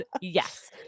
yes